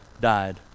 died